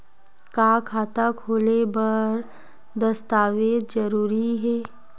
का खाता खोले बर दस्तावेज जरूरी हे?